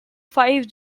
five